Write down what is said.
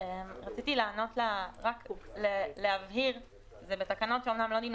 לא מספיק זה שהסטודנטים,